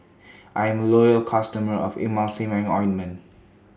I'm Loyal customer of Emulsying Ointment